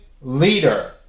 leader